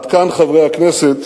עד כאן, חברי הכנסת,